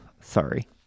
Sorry